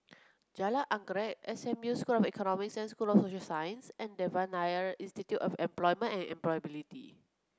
Jalan Anggerek S M U School of Economics and School of Social Sciences and Devan Nair Institute of Employment and Employability